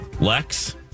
Lex